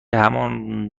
همان